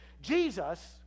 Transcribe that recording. Jesus